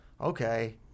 okay